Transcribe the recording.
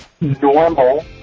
normal